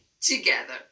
together